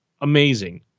amazing